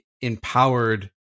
empowered